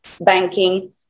banking